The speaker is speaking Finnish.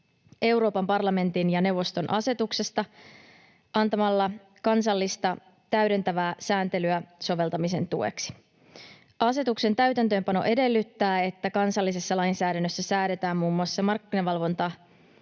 Euroopan parlamentin ja neuvoston asetuksesta, antamalla kansallista täydentävää sääntelyä soveltamisen tueksi. Asetuksen täytäntöönpano edellyttää, että kansallisessa lainsäädännössä säädetään muun muassa markkinavalvontaviranomaisten